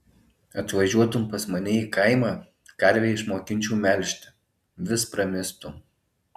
atvažiuotum pas mane į kaimą karvę išmokinčiau melžti vis pramistum